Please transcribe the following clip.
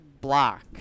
block